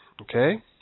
okay